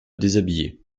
déshabiller